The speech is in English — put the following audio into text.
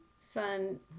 son